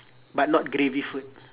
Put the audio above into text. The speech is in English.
but not gravy food